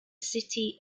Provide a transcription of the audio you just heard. city